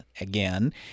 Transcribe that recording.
again